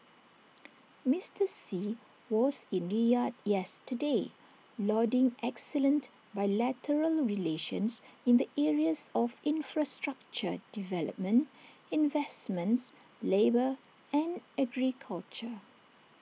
Mister Xi was in Riyadh yesterday lauding excellent bilateral relations in the areas of infrastructure development investments labour and agriculture